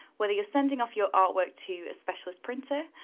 whether you're sending off your artwork to a specialist printer,